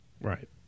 Right